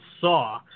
saw